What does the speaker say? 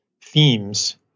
themes